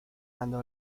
mando